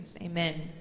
Amen